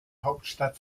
hauptstadt